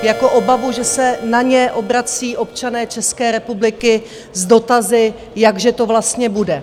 Jako obavu, že se na ně obracejí občané České republiky s dotazy, jak že to vlastně bude.